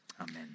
Amen